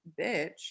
bitch